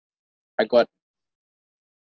I got